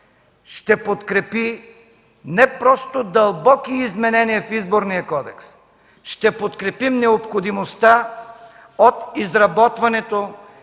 ще подкрепи не просто дълбоки изменения в Изборния кодекс, ще подкрепим необходимостта от изработването